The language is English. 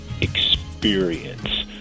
experience